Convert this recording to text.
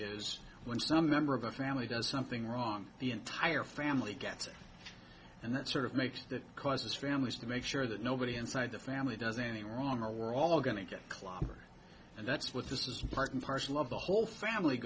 is when some member of a family does something wrong the entire family gets it and that sort of makes that causes families to make sure that nobody inside the family does any wrong or we're all going to get clobbered and that's what this is part and parcel of the whole family